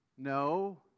No